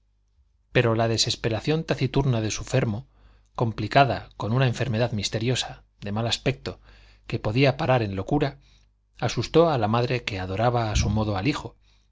pero la desesperación taciturna de su fermo complicada con una enfermedad misteriosa de mal aspecto que podía parar en locura asustó a la madre que adoraba a su modo al hijo